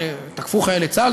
שתקפו בהם חיילי צה"ל,